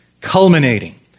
culminating